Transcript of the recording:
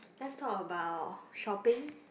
let's talk about shopping